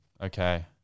Okay